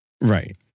Right